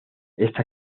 ésta